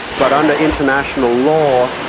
but under international law,